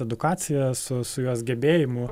edukacija su su jos gebėjimu